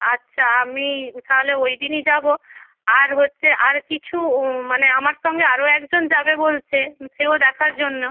আচ্ছা আমি তাহলে ওই দিনই যাব আর হচ্ছে আর কিছু মানে আমার সঙ্গে আরও একজন যাবে বলছে সেও দেখার জন্য